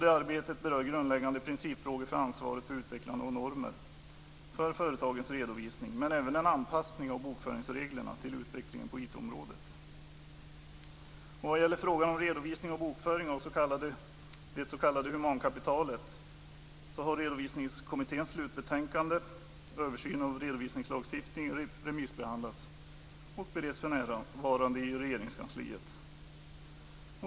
Detta arbete berör grundläggande principfrågor om ansvaret för utvecklande av normer för företagens redovisning men även en anpassning av bokföringsreglerna till utvecklingen på IT-området. Vad gäller frågan om redovisning och bokföring av det s.k. humankapitalet har Redovisningskommitténs slutbetänkande Översyn av redovisningslagstiftning remissbehandlats och bereds för närvarande i Regeringskansliet.